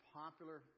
popular